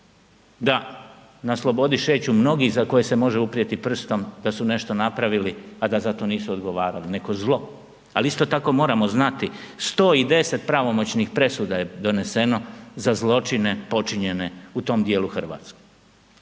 da na slobodu šeću mnogi za koje se može uprijeti prstom da su nešto napravili, a da za to nisu odgovarali, neko zlo. Ali, isto tako moramo znati, 110 pravomoćnih presuda je doneseno za zločine počinjene u tom dijelu Hrvatske